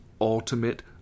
ultimate